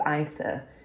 ISA